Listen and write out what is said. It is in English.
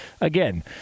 again